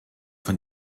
von